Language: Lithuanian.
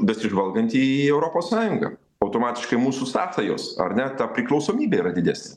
besižvalganti į į europos sąjungą automatiškai mūsų sąsajos ar ne ta priklausomybė yra didesnė